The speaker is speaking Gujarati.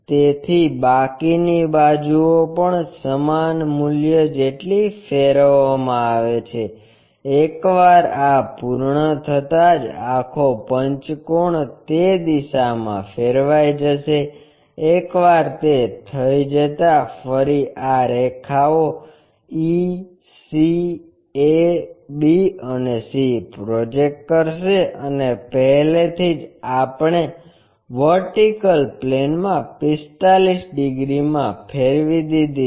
તેથી બાકીની બાજુઓ પણ સમાન મૂલ્ય જેટલી ફેરવવામાં આવે છે એકવાર આ પૂર્ણ થતાં જ આખો પંચકોણ તે દિશામાં ફેરવાઈ જશે એકવાર તે થઇ જતાં ફરી આ રેખાઓ e c a b અને c પ્રોજેક્ટ કરશે અને પહેલેથી જ આપણે વર્ટિકલ પ્લેનમાં 45 ડિગ્રી માં ફેરવી દીધી છે